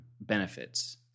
benefits